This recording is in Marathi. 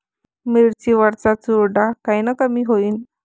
मिरची वरचा चुरडा कायनं कमी होईन?